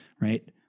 Right